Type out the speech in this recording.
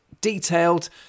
detailed